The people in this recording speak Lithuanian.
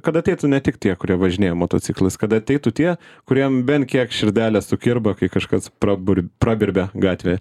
kad ateitų ne tik tie kurie važinėja motociklais kad ateitų tie kuriem bent kiek širdelė sukirba kai kažkas prabur prabirbia gatvėje